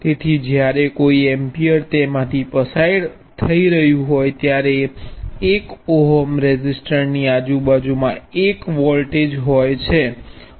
તેથી જ્યારે કોઈ એમ્પીયર તેમાંથી પસાર થઈ રહ્યું હોય ત્યારે એક ઓમ રેઝિસ્ટરની આજુબાજુમાં એક વોલ્ટ હોય છે